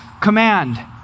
command